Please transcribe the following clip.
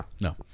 No